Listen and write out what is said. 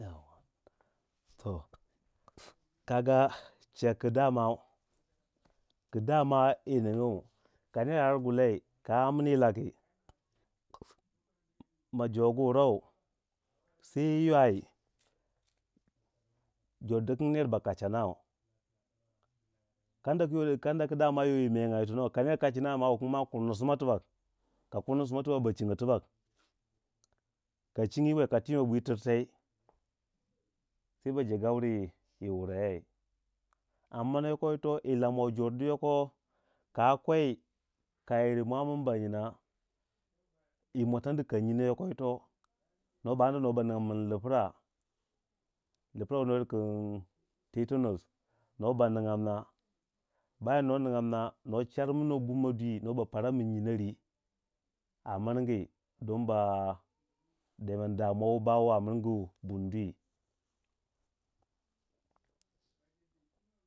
Tohh kaga chika ku damau ku damau yi ningyu ka ner ar gulai ka amini yi laki ma jo gu wurei sai ywayi jordi kangi ner ba kacha nau kanda ku yo yi menga yi tonou ka ner kachi nau ma wu kange ma kurni sima tibak, ka kurni sima tibak ba chingyo tibak ka chingyi katii ma bwi tirtai sai ba jegaure yi wura yei amma yoko yito yi lamuwe jordu yoko ka kwei ka yiri mwa mini ba nyinna yi mwatandi kan nyinei yoko yito nuwa ba anda nuwa ba ninga min lipra, lipra wuno yir king tetanos nuwa ba nigya mina bayan nuwa ningya mina nuwa charmini wei bundwi nuwa ba paranin nyinori a miringi don ba deman damuwa wu bawei a miringu bundwi.